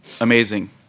amazing